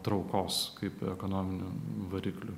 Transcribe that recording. traukos kaip ekonominiu varikliu